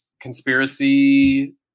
conspiracy